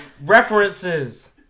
references